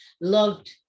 loved